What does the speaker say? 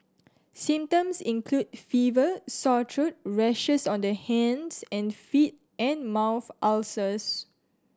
symptoms include fever sore throat rashes on the hands and feet and mouth ulcers